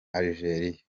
algeria